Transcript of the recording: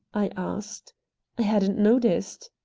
i asked i hadn't noticed.